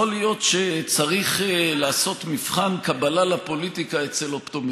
שיכול להיות שצריך לעשות מבחן קבלה לפוליטיקה אצל אופטומטריסט,